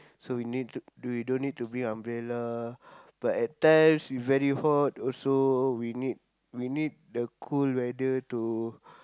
so you need to you don't need to bring umbrella but at times you very hot also we need we need the cool weather to